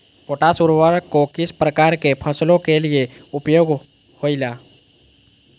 Potash उर्वरक को किस प्रकार के फसलों के लिए उपयोग होईला?